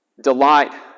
Delight